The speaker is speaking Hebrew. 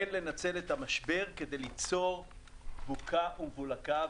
אין לנצל את המשבר כדי ליצור בוקה ומבולקה.